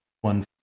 one